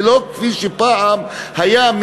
ולא כפי שפעם היה,